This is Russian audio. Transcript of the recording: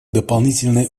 дополнительные